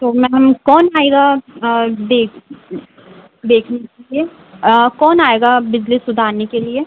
तो मैम कौन आएगा देख देखने के लिए कौन आएगा बिजली सुधारने के लिए